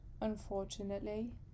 unfortunately